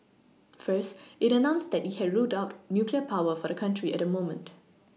first it announced that it had ruled out nuclear power for the country at the moment